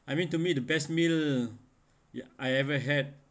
I mean to me the best meal yea~ I ever had